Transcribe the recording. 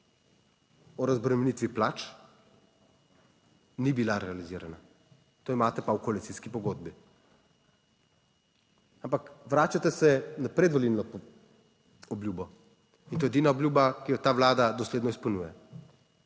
o razbremenitvi plač ni bila realizirana. To imate pa v koalicijski pogodbi. Ampak vračate se na predvolilno obljubo in to je edina obljuba, ki jo ta vlada dosledno izpolnjuje.